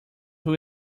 will